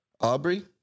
Aubrey